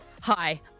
Hi